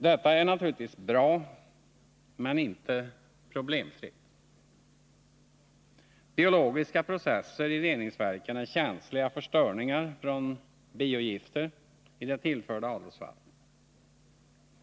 Detta är naturligtvis bra, men det är inte problemfritt. Biologiska processer i reningsverken är känsliga för störningar från biogifter i det tillförda avloppsvattnet.